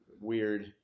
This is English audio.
weird